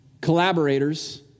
collaborators